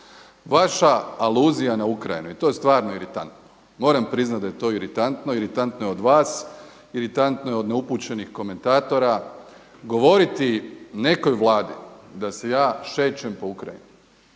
Vaša aluzija na Ukrajinu i to je stvarno iritantno, moram priznat da je to iritantno. Iritantno je od vas, iritantno je od neupućenih komentatora. Govoriti nekoj Vladi da se ja šećem po Ukrajini